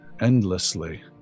endlessly